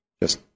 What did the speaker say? Yes